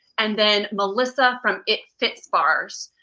and then melissa from itfits bars,